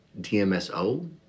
DMSO